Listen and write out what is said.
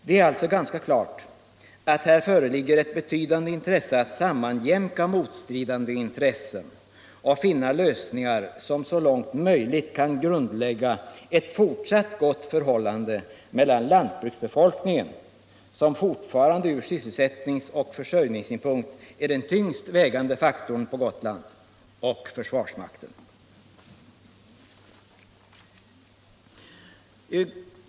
Det är alltså ganska klart att det är av stor vikt att sammanjämka motstridande intressen och finna lösningar som så långt som möjligt kan grundlägga ett fortsatt gott förhållande mellan lantbruksbefolkningen — lantbruket är fortfarande från sysselsättningsoch försörjningssynpunkt den tyngst vägande faktorn på Gotland — och försvarsmakten.